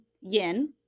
Yin